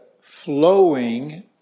flowing